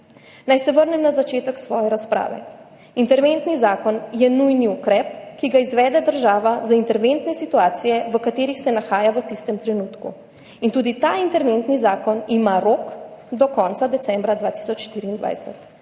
Naj se vrnem na začetek svoje razprave. Interventni zakon je nujni ukrep, ki ga izvede država za interventne situacije, v katerih se nahaja v tistem trenutku. Tudi ta interventni zakon ima rok do konca decembra 2024.